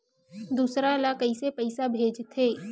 दूसरा ला कइसे पईसा भेजथे?